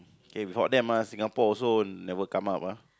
K without them ah Singapore also never come up ah